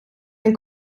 ein